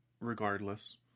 regardless